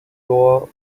floor